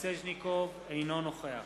אינו נוכח